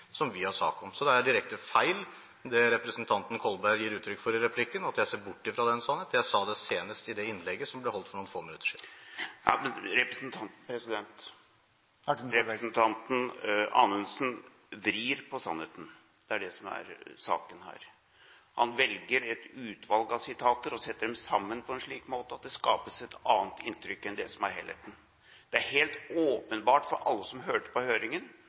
som vi har sak om. Så det er direkte feil at jeg ser bort fra «den sannhet», slik representanten Kolberg gir uttrykk for i replikken. Jeg sa det senest i det innlegget som ble holdt for noen få minutter siden. Det som er saken her, er at representanten Anundsen vrir på sannheten. Han velger et utvalg av sitater og setter dem sammen på en slik måte at det skapes et annet inntrykk enn det som er helheten. Det er helt åpenbart for alle som hørte på høringen,